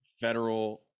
federal